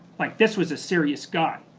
like, this was a serious guy.